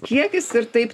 kiekis ir taip